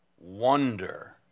Wonder